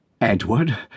Edward